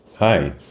Hi